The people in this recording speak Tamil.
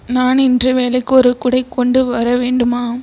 நான் இன்று வேலைக்கு ஒரு குடை கொண்டு வர வேண்டுமா